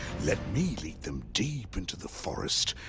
let me lead them deep into the forest,